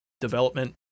development